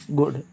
good